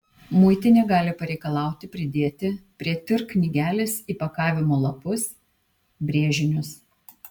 muitinė gali pareikalauti pridėti prie tir knygelės įpakavimo lapus brėžinius